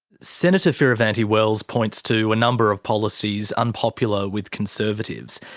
senator fierravanti-wells points to a number of policies unpopular with conservatives.